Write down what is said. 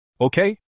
Okay